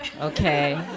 okay